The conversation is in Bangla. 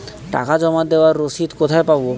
টাকা জমা দেবার রসিদ কোথায় পাব?